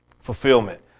fulfillment